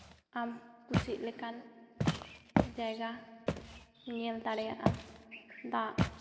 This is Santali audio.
ᱟᱢ ᱠᱩᱥᱤᱜ ᱞᱮᱠᱟᱱ ᱡᱟᱭᱜᱟ ᱧᱮᱞ ᱫᱟᱲᱮᱭᱟᱜᱼᱟ ᱫᱟᱜ